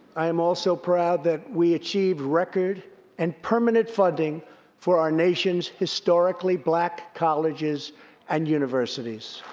i am also proud that we achieved record and permanent funding for our nation's historically black colleges and universities.